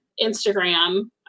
Instagram